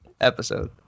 Episode